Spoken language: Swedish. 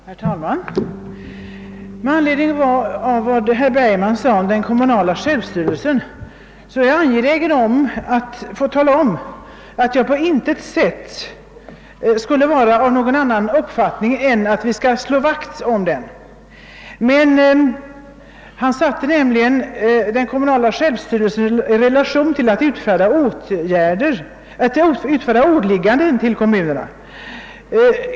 Herr talman! Med anledning av vad herr Bergman sade om den kommunala självstyrelsen är jag angelägen att få tala om, att jag på intet sätt är av någon annan uppfattning än att vi skall slå vakt om den kommunala självstyrelsen. Herr Bergman satte nämligen den kommunala självstyrelsen i relation till lämpligheten att ge kommunerna åligganden.